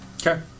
Okay